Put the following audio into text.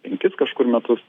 penkis kažkur metus